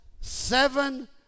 seven